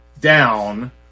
down